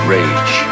Rage